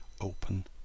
open